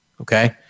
okay